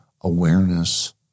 awareness